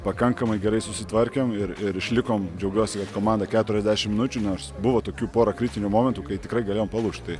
pakankamai gerai susitvarkėm ir ir išlikom džiaugiuosi kad komanda keturiasdešimt minučių nors buvo tokių pora kritinių momentų kai tikrai galėjom palūžt tai